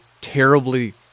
terribly